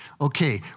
Okay